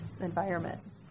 environment